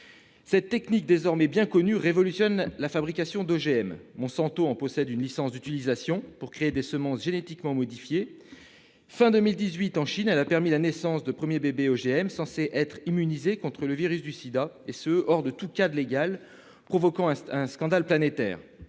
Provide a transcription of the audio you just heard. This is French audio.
Cette technique désormais bien connue révolutionne la fabrication d'OGM. Monsanto en possède une licence d'utilisation pour créer des semences génétiquement modifiées. Fin 2018, en Chine, elle a permis la naissance des premiers « bébés OGM », censément immunisés contre le virus du sida, et cela hors de tout cadre légal, provoquant un scandale planétaire.